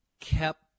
kept